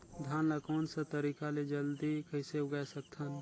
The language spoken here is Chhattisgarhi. धान ला कोन सा तरीका ले जल्दी कइसे उगाय सकथन?